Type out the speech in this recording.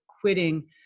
quitting